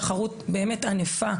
תחרות ענפה,